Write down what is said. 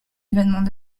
événements